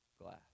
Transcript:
glass